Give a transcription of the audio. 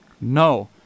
no